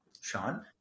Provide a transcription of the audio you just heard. Sean